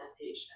patient